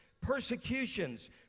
persecutions